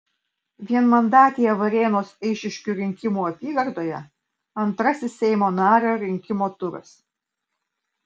vienmandatėje varėnos eišiškių rinkimų apygardoje antrasis seimo nario rinkimų turas